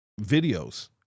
videos